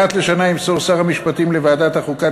אחת לשנה ימסור שר המשפטים לוועדת החוקה